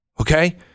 Okay